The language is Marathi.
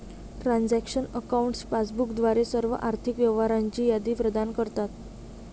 ट्रान्झॅक्शन अकाउंट्स पासबुक द्वारे सर्व आर्थिक व्यवहारांची यादी प्रदान करतात